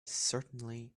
certainly